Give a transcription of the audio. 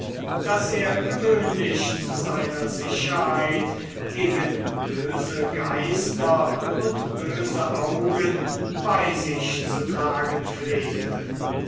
das er gewöhnlich zu seiner sicherheit gegen böse geister und böse augen bei sich zu tragen pflegte